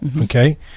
Okay